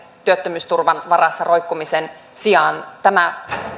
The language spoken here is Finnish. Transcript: työttömyysturvan varassa roikkumisen sijaan tämä